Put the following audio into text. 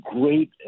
great